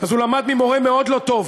אז הוא למד ממורה מאוד לא טוב,